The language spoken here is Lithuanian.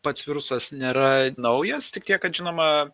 pats virusas nėra naujas tik tiek kad žinoma